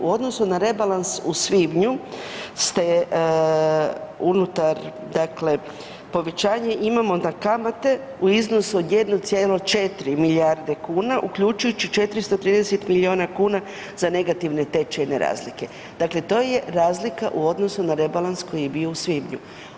U odnosu na rebalans u svibnju ste unutar povećanje imamo na kamate u iznosu od 1,4 milijarde kuna, uključujući 430 milijuna kuna za negativne tečajne razlike, dakle to je razlika u odnosu na rebalans koji je bio u svibnju.